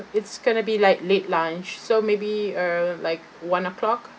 it's gonna be like late lunch so maybe uh like one o'clock